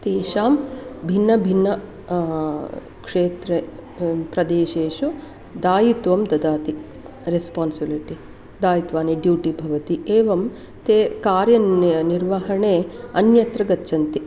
तेषां भिन्न भिन्न क्षेत्रप्रदेशेषु दायित्वं ददाति रेस्पान्सिब्लिटि दायित्वानि ड्यूटि भवति एवं ते कार्यनिर्वहणे अन्यत्र गच्छन्ति